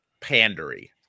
pandery